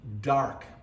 dark